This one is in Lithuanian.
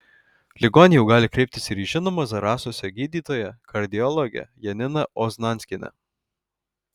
ligoniai jau gali kreiptis ir į žinomą zarasuose gydytoją kardiologę janina oznanskienę